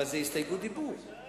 אבל זו הסתייגות דיבור.